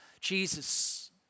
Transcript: Jesus